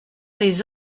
les